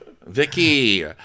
Vicky